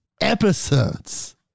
episodes